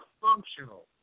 functional